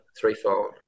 threefold